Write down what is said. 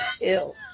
ill